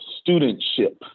studentship